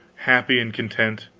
happy and content,